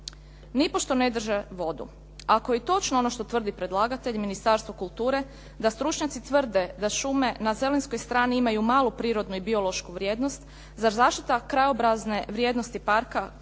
nipošto ne drže vodu. Ako je i točno ono što tvrdi predlagatelj Ministarstvo kulture da stručnjaci tvrde da šume na zelinskoj strani imaju malu prirodnu i biološku vrijednost zar zaštita krajobrazne vrijednosti parka